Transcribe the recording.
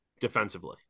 defensively